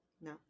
No